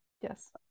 Yes